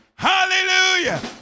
Hallelujah